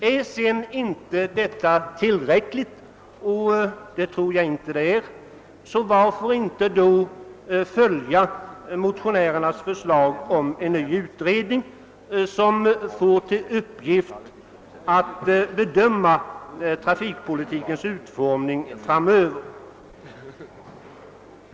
är sedan detta inte tillräckligt — och det tror jag inte det är — så varför inte följa motionärernas förslag om en ny utredning som får till uppgift att bedöma trafikpolitikens utformning framöver?